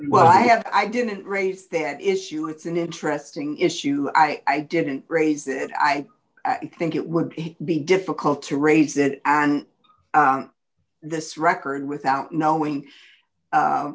well i have i didn't raise that issue it's an interesting issue i didn't raise it i think it would be difficult to raise that this record without knowing